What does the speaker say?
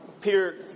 Peter